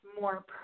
more